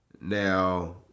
Now